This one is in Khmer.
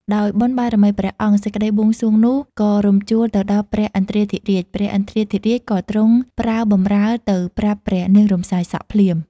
ដោយបុណ្យបារមីព្រះអង្គ សេចក្តីបួងសួងនោះ ក៏រំជួលទៅដល់ព្រះឥន្ទ្រាធិរាជ ព្រះឥន្ទ្រាធិរាជក៏ទ្រង់ប្រើបម្រើទៅប្រាប់ ព្រះនាង រំសាយសក់ ភ្លាម ។